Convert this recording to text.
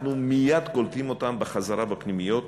אנחנו מייד קולטים אותם בחזרה בפנימיות,